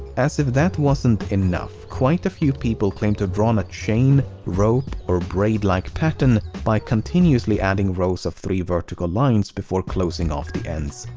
as if that wasn't enough, quite a few people claim to have drawn a chain, rope, or braid-like pattern by continuously adding rows of three vertical lines before closing off the ends,